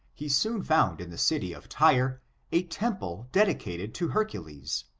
he soon found in the city of tyre a temple dedicated to hercules.